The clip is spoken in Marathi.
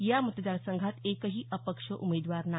या मतदारसंघात एकही अपक्ष उमेदवार नाही